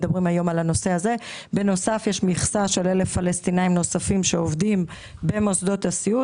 יש גם מכסה של 1,000 פלסטינים שעובדים במוסדות הסיעוד.